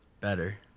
better